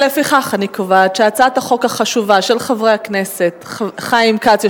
לפיכך אני קובעת שהצעת החוק החשובה של חברי הכנסת חיים כץ,